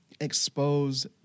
expose